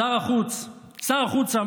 שר החוץ אמר